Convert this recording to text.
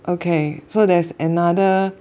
okay so there's another